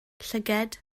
llygaid